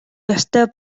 ёстой